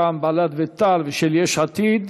רע"ם בל"ד ותע"ל ושל יש עתיד,